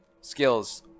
skills